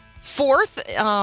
fourth